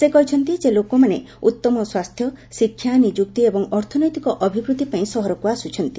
ସେ କହିଛନ୍ତି ଯେ ଲୋକମାନେ ଉତ୍ତମ ସ୍ୱାସ୍ଥ୍ୟ ଶିକ୍ଷା ନିଯୁକ୍ତି ଏବଂ ଅର୍ଥନୈତିକ ଅଭିବୃଦ୍ଧି ପାଇଁ ସହରକୁ ଆସୁଛନ୍ତି